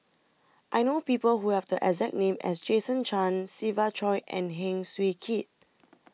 I know People Who Have The exact name as Jason Chan Siva Choy and Heng Swee Keat